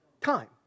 time